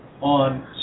on